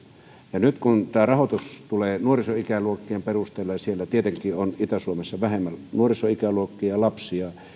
ja nyt kun tämä rahoitus tulee nuorisoikäluokkien perusteella ja siellä itä suomessa tietenkin on vähemmän nuorisoikäluokkia ja lapsia